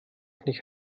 nicht